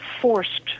forced